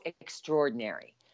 extraordinary